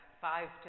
five